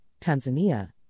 Tanzania